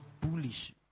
bullish